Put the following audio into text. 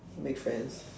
make friends